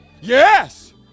Yes